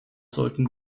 sollten